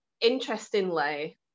interestingly